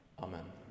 Amen